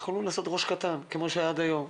היינו יכולים לעשות ראש קטן כמו שהיה עד היום.